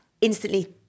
instantly